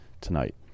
tonight